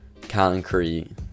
concrete